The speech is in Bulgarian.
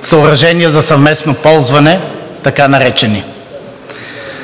съоръжения за съвместно ползване, така наречени.